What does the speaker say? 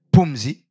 Pumzi